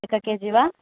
एक केजि वा